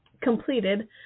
completed